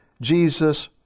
Jesus